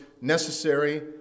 necessary